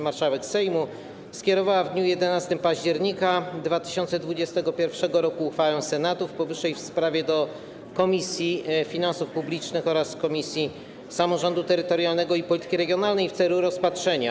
Marszałek Sejmu skierowała w dniu 11 października 2021 r. uchwałę Senatu w powyższej sprawie do Komisji Finansów Publicznych oraz Komisji Samorządu Terytorialnego i Polityki Regionalnej w celu rozpatrzenia.